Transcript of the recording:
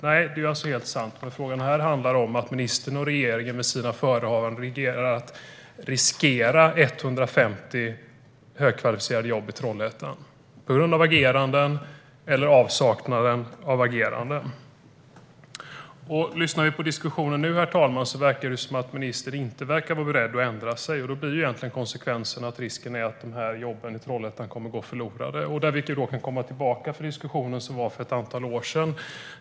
Detta är helt sant, men frågan här handlar om att ministern och regeringen med sina förehavanden och sitt agerande - eller brist på agerande - sätter 150 högkvalificerade jobb i Trollhättan i riskzonen. Herr talman! Att döma av diskussionen nu verkar ministern inte vara beredd att ändra sig, vilket kan få till konsekvens att dessa jobb i Trollhättan går förlorade. Här kan vi gå tillbaka till den diskussion som fördes för ett antal år sedan.